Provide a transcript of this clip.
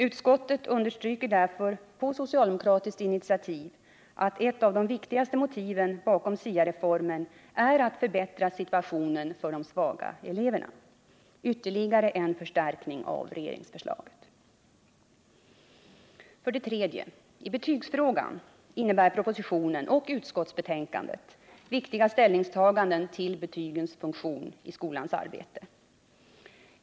Utskottet understryker därför på socialdemokratiskt initiativ att ett av de viktigaste motiven bakom SIA-reformen är att förbättra situationen för de svaga eleverna. Ytterligare en förstärkning av regeringsförslaget! 3. I betygsfrågan innebär propositionen och utskottsbetänkandet viktiga ställningstaganden till betygens funktion i skolans arbete.